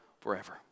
forever